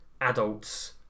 adults